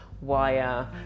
wire